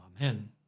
Amen